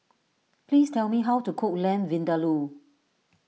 please tell me how to cook Lamb Vindaloo